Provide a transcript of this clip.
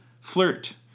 flirt